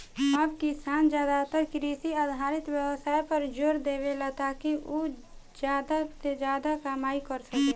अब किसान ज्यादातर कृषि आधारित व्यवसाय पर जोर देवेले, ताकि उ ज्यादा से ज्यादा कमाई कर सके